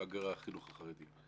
בוגר החינוך בחרדי.